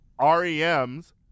rems